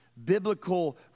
Biblical